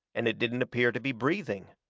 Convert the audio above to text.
and it didn't appear to be breathing.